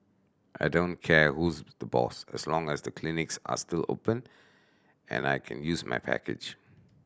I don't care who's the boss as long as the clinics are still open and I can use my package